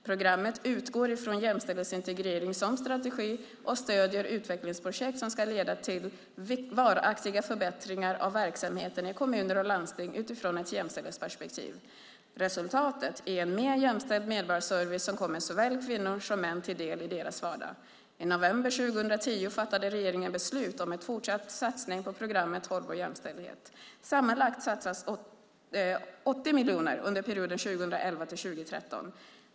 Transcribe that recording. Programmet utgår från jämställdhetsintegrering som strategi och stöder utvecklingsprojekt som ska leda till varaktiga förbättringar av verksamheten i kommuner och landsting utifrån ett jämställdhetsperspektiv. Resultatet är en mer jämställd medborgarservice som kommer såväl kvinnor som män till del i deras vardag. I november 2010 fattade regeringen beslut om en fortsatt satsning på programmet Hållbar jämställdhet. Sammanlagt satsas 80 miljoner under perioden 2011-2013.